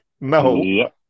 No